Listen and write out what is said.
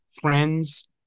friends